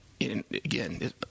again